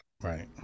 Right